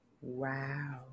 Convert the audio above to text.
Wow